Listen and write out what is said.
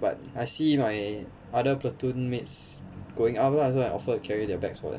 but I see my other platoon mates going up lah so I offered to carry their bags for them